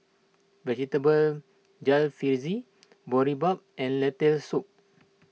Vegetable Jalfrezi Boribap and Lentil Soup